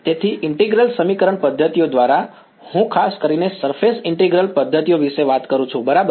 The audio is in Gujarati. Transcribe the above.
તેથી ઈન્ટીગ્રલ સમીકરણ પદ્ધતિઓ દ્વારા હું ખાસ કરીને સરફેસ ઇન્ટિગ્રલ પદ્ધતિઓ વિશે વાત કરું છું બરાબર